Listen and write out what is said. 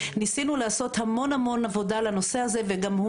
ניסה לעשות המון-המון עבודה בנושא הזה וגם הוא